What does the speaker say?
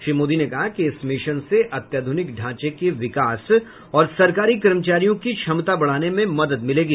श्री मोदी ने कहा कि इस मिशन से अत्याधुनिक ढांचे के विकास और सरकारी कर्मचारियों की क्षमता बढाने में मदद मिलेगी